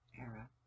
era